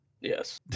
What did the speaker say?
yes